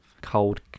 cold